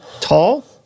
tall